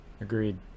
agreed